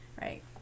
Right